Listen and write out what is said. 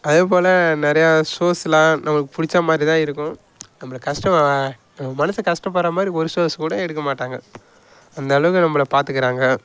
அதே போல் நிறையா ஷோஸ்லாம் நமக்கு பிடிச்ச மாதிரிதான் இருக்கும் நம்மளை கஷ்டம் மனுஷன் கஷ்டப்படுற மாதிரி ஒரு ஷோஸ் கூட எடுக்க மாட்டாங்க அந்த அளவுக்கு நம்மள பாத்துக்கிறாங்க